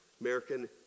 American